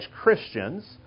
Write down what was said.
Christians